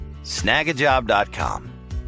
snagajob.com